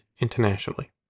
internationally